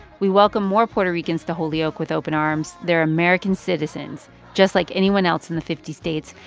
we welcome more puerto ricans to holyoke with open arms. they are american citizens just like anyone else in the fifty states.